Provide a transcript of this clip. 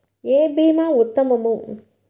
ఏ భీమా ఉత్తమము?